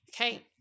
Okay